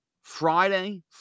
Friday